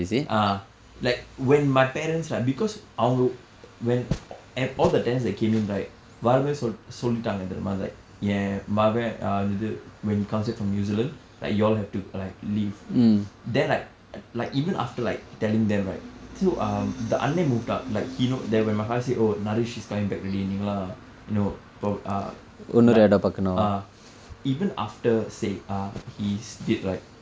ah like when my parents right because அவங்க:avnka when at all the tenants that came in right வரும்போதே சொல்லிட்டாங்க தெரியுமா:varumpothae sollittanga theriyuma like என் மகன்:en makan ah என்னது:ennathu when he comes back from New Zealand like you all have to like leave then like like even after like telling them right so um the அண்ணா:annaa moved out like he know then when my father say oh naresh is coming back already நீங்கலாம்:niinkalam you know போக:poka ah like (uh huh) even after say ah he stayed right